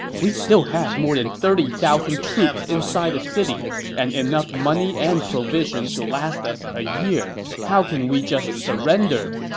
we still have more than thirty thousand troops inside the city and enough money and provisions to last us a year. how can we just surrender?